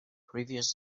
previous